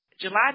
July